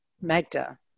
Magda